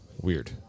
Weird